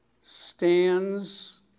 stands